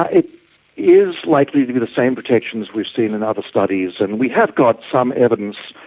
ah it is likely to be the same protections we've seen in other studies. and we have got some evidence